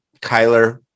kyler